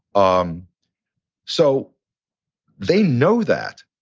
um so they know that.